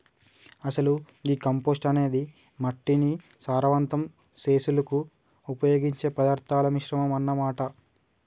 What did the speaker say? అసలు గీ కంపోస్టు అనేది మట్టిని సారవంతం సెసులుకు ఉపయోగించే పదార్థాల మిశ్రమం అన్న మాట